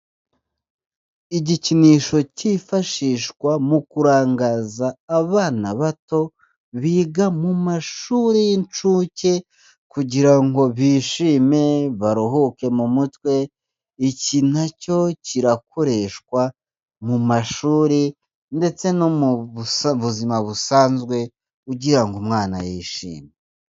Igikinisho cyifashishwa mu kurangaza abana bato biga mu mashuri y'incuke kugira ngo bishime baruhuke mu mutwe, iki nacyo kirakoreshwa mu mashuri ndetse no mu buzima busanzwe kugira ngo umwana yishime.